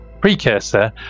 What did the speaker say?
precursor